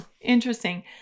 interesting